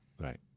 Right